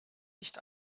nicht